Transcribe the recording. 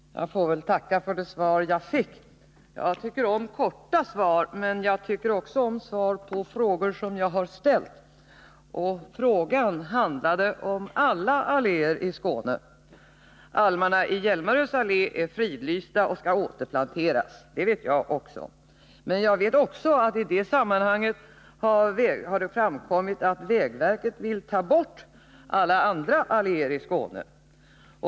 Herr talman! Jag får väl tacka för det svar jag fick. Jag tycker om korta svar, men jag tycker också om svar på frågor som jag har ställt. Min fråga handlade om alla alléer i Skåne. Almarna i Hjälmaröds Allé är fridlysta och skall återplanteras. Det vet jag också. Men därutöver vet jag att i det sammanhanget har framkommit att vägverket vill ta bort alla andra alléer i Skåne.